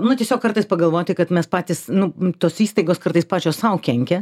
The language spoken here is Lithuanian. nu tiesiog kartais pagalvoti kad mes patys nu tos įstaigos kartais pačios sau kenkia